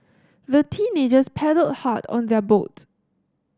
the teenagers paddled hard on their boat